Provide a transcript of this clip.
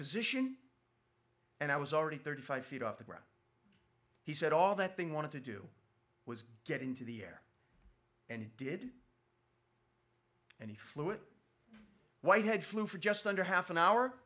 position and i was already thirty five feet off the ground he said all that thing wanted to do was get into the air and did and he flew it whitehead flew for just under half an hour